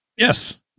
Yes